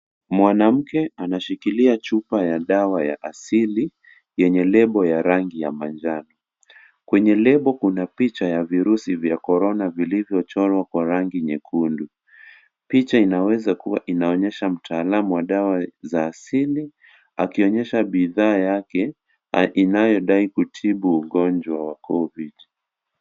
Mwanamke anashikilia chupa ya dawa ya asili, yenye Lebo ya rangi ya manjano . Kwenye Lebo kuna picha ya virusi vya Corona and zilizochorwa Kwa rangi nyekundu . Picha inaweza kuwa inaonyesha mtaalamu wa dawa ya asili akionyesha bidhaa yake inayodai kutibu ugonjwa wa covid .